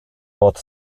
both